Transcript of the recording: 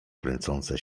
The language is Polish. kręcące